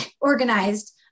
organized